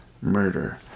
murder